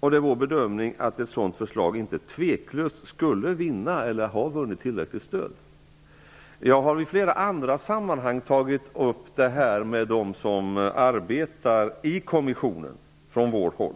och det är vår bedömning att ett sådant förslag inte tveklöst skulle vinna, eller har vunnit, ett tillräckligt stöd. Jag har i flera andra sammanhang tagit upp detta med dem som arbetar i kommissionen från vårt håll.